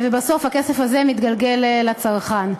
ובסוף הכסף הזה מתגלגל לצרכן.